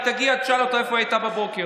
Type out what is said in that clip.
היא תגיע, תשאל אותה איפה היא הייתה בבוקר.